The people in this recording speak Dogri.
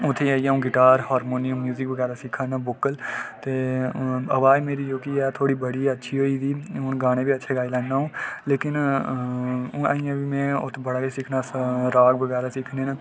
उत्थै जाइयै अ'ऊं गिटार हार्मोनियम बगैरा सिक्खै ना वोकल ते अवाज जेह्की ऐ मेरी ओह् बड़ी अच्छी होई दी गाने बी अच्छे गाई लैन्ना अ'ऊं लेकिन अजें में उत्त बड़ा किश सिक्खना राग बगैरा सिक्खने न